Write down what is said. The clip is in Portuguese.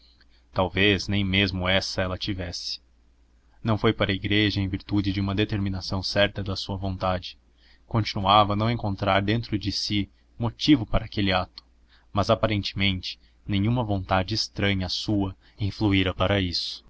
talvez nem mesmo essa ela tivesse não foi para a igreja em virtude de uma determinação certa de sua vontade continuava a não encontrar dentro de si motivo para aquele ato mas aparentemente nenhuma vontade estranha à sua influíra para isso